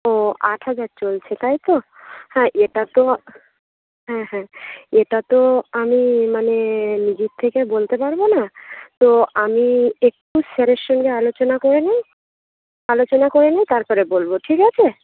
ও আট হাজার চলছে তাই তো হ্যাঁ এটা তো হ্যাঁ হ্যাঁ এটা তো আমি মানে নিজের থেকে বলতে পারবো না তো আমি একটু স্যারের সঙ্গে আলোচনা করে নিই আলোচনা করে নিই তারপরে বলবো ঠিক আছে